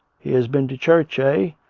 he has been to church a